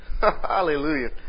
Hallelujah